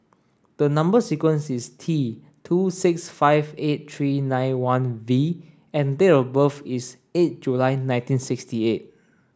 the number sequence is T two six five eight three nine one V and date of birth is eight July nineteen sixty eight